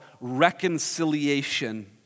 reconciliation